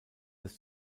des